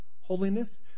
holiness